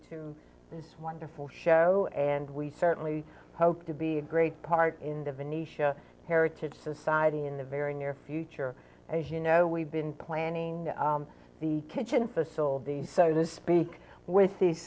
to this wonderful show and we certainly hope to be a great part in the venetia heritage society in the very near future as you know we've been planning the kitchen facility so to speak with the